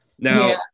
Now